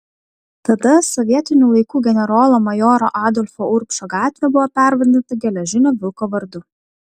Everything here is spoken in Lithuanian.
tada sovietinių laikų generolo majoro adolfo urbšo gatvė buvo pervadinta geležinio vilko vardu